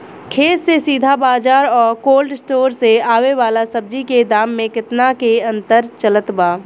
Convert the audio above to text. खेत से सीधा बाज़ार आ कोल्ड स्टोर से आवे वाला सब्जी के दाम में केतना के अंतर चलत बा?